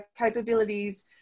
capabilities